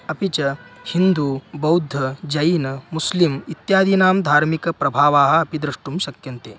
अपि च हिन्दु बौद्ध जैन मुस्लिम् इत्यादीनां धार्मिकप्रभावाः अपि द्रष्टुं शक्यन्ते